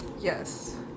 Yes